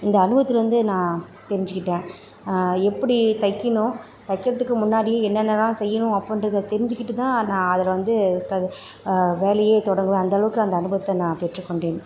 இந்த அனுபவத்திலேருந்து நான் தெரிஞ்சுக்கிட்டேன் எப்படி தைக்கணும் தைக்கிறதுக்கு முன்னாடி என்னென்னல்லாம் செய்யணும் அப்புடின்றத தெரிஞ்சுக்கிட்டு தான் நான் அதில் வந்து க வேலையே தொடங்குவேன் அந்தளவுக்கு அந்த அனுபவத்தை நான் பெற்றுக்கொண்டேன்